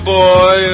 boy